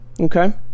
okay